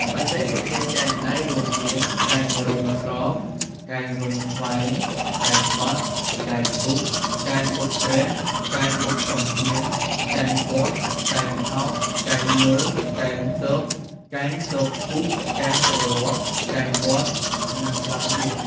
បច្ចេកទេសកែងដៃរួមមាន កែងរុញស្រប កែងរុញខ្វែង កែងបត់ កែងពុះ កែងបុករះ កែងបុកចំហៀង កែងគាស់ កែងខោក កែងញុល កែងស៊ក កែងស៊កពុះ កែងគ្រលាស់ កែងវាត់ និងច្រើនទៀត។